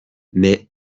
mais